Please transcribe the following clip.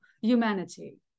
humanity